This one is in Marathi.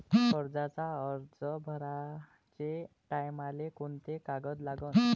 कर्जाचा अर्ज भराचे टायमाले कोंते कागद लागन?